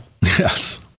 Yes